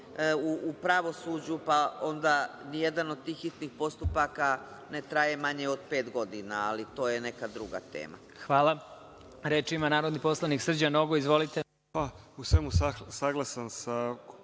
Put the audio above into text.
u pravosuđu, pa onda jedan od tih hitnih postupaka ne traje manje od pet godina, ali to je neka druga tema. **Đorđe Milićević** Hvala. Reč ima narodni poslanik Srđan Nogo, izvolite.